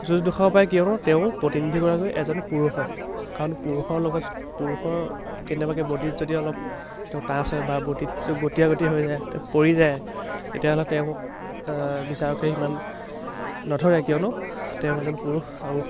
যুঁজ দেখুৱাব পাৰে কিয়নো তেওঁ প্ৰতিনিধিগৰাকী এজন পুৰুষ হয় কাৰণ পুৰুষৰ লগত পুৰুষৰ কেনেবাকৈ বডিত যদি অলপ তেওঁ টাচ হয় বা বডিত গতিয়া গতি হৈ যায় তেওঁ পৰি যায় তেতিয়াহ'লে তেওঁক বিচাৰকে সিমান নধৰে কিয়নো তেওঁ এজন পুৰুষ আৰু